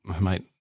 mate